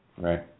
Right